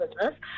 business